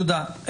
תודה.